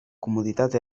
comoditat